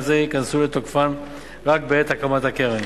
זה ייכנסו לתוקפן רק בעת הקמת הקרן.